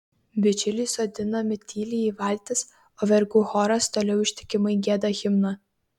bičiuliai sodinami tyliai į valtis o vergų choras toliau ištikimai gieda himną